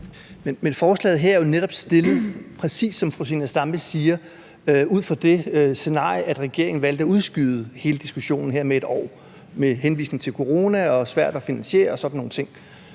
Men forslaget her er jo netop fremsat, præcis som fru Zenia Stampe siger, ud fra det scenarie, at regeringen valgte at udskyde hele diskussionen her et år med henvisning til corona og svært at finansiere og sådan nogle ting.